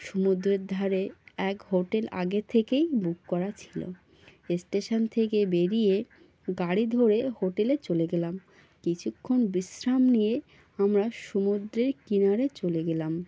সমুদ্রের ধারে এক হোটেল আগে থেকেই বুক করা ছিল স্টেশন থেকে বেরিয়ে গাড়ি ধরে হোটেলে চলে গেলাম কিছুক্ষণ বিশ্রাম নিয়ে আমরা সমুদ্রের কিনারে চলে গেলাম